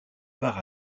part